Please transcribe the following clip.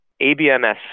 ABMS